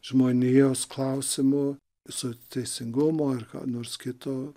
žmonijos klausimu su teisingumo ar ko nors kito